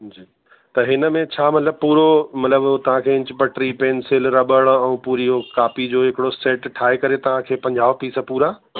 जी त हिनमें छा मतिलब पूरो मतिलब तव्हां इंज ब टी पैंसिल रबड़ ऐं पूरी इहो कापी जो हिकिड़ो सैट ठाहे करे तव्हांखे पंजाह पीस पूरा